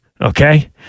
Okay